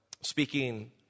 speaking